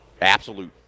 Absolute